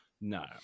No